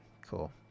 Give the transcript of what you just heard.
cool